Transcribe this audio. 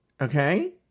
Okay